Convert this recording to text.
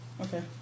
Okay